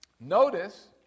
notice